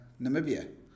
Namibia